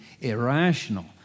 irrational